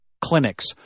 clinics